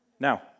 Now